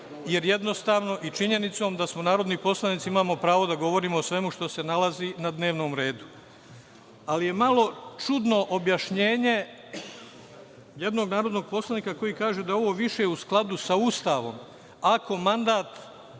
jer jednostavno, i činjenicom da smo narodni poslanici i imamo pravo da govorimo o svemu što se nalazi na dnevnom redu, ali, je malo čudno objašnjenje jednog narodnog poslanika koji kaže da je ovo više u skladu sa Ustavom,